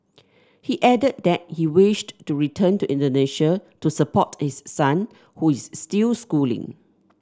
he added that he wished to return to Indonesia to support his son who is still schooling